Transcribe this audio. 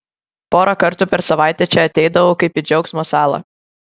porą kartų per savaitę čia ateidavau kaip į džiaugsmo salą